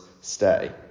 stay